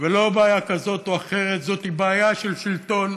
ולא בעיה כזאת או אחרת, זו בעיה של שלטון